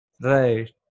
Right